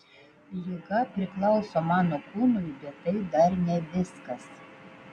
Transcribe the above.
liga priklauso mano kūnui bet tai dar ne viskas